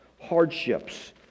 hardships